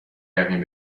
رویم